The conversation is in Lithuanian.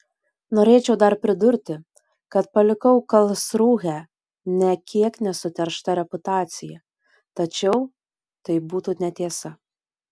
norėčiau dar pridurti kad palikau karlsrūhę nė kiek nesuteršta reputacija tačiau tai būtų netiesa